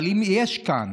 אבל אם יש כאן